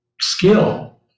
skill